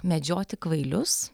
medžioti kvailius